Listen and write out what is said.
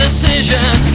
Decision